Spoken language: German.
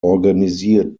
organisiert